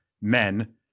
men